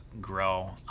grow